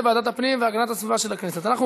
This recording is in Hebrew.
לוועדת הפנים והגנת הסביבה נתקבלה.